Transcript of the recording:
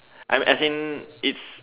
I'm as in it's